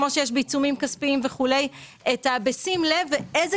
כמו שיש בעיצומים כספיים וכולי בשים לב איזה